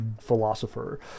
philosopher